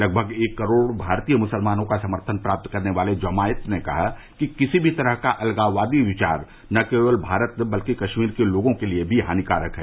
लगभग एक करोड़ भारतीय मुसलमानों का समर्थन प्राप्त करने वाले जमायत ने कहा कि किसी भी तरह का अलगाववादी विचार न केवल भारत बल्कि कश्मीर के लोगों के लिए भी हानिकारक है